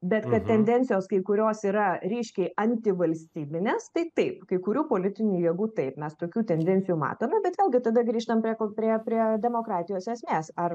bet kad tendencijos kai kurios yra ryškiai antivalstybinės tai taip kai kurių politinių jėgų tai mes tokių tendencijų matome bet vėlgi tada grįžtam prie ko prie prie demokratijos esmės ar